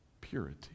purity